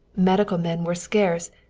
medical men were scarce,